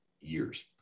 years